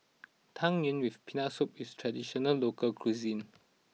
Tang Yuen with Peanut Soup is traditional local cuisine